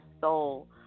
soul